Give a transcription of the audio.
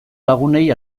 lagunei